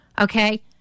Okay